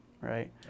right